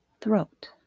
throat